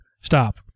Stop